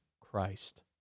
Christ